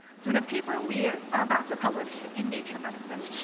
so in a paper we are are about to publish in nature medicine,